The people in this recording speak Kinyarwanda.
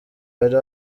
hari